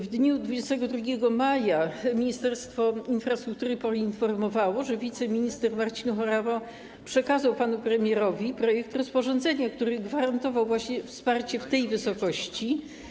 W dniu 22 maja Ministerstwo Infrastruktury poinformowało, że wiceminister Marcin Horała przekazał panu premierowi projekt rozporządzenia, który gwarantował właśnie wsparcie w tej wysokości.